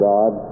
God